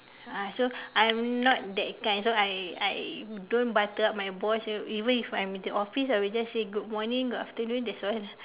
ah so I'm not that kind so I I don't butter up my boss even if I'm in the office I will just say good morning good afternoon that's all